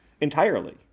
entirely